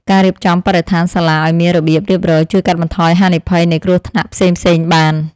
ការរៀបចំបរិស្ថានសាលាឱ្យមានរបៀបរៀបរយជួយកាត់បន្ថយហានិភ័យនៃគ្រោះថ្នាក់ផ្សេងៗបាន។